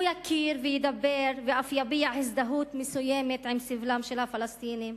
הוא יכיר וידבר ואף יביע הזדהות מסוימת עם סבלם של הפלסטינים,